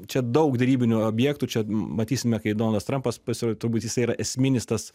čia daug derybinių objektų čia matysime kai donaldas trampas pasiro turbūt jisai yra esminis tas